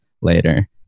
later